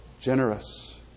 generous